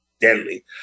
deadly